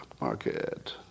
market